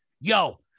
yo